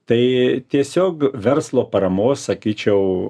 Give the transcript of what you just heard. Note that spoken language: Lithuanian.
tai tiesiog verslo paramos sakyčiau